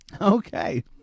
Okay